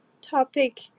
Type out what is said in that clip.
topic